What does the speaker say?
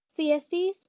CSCs